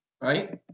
right